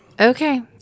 Okay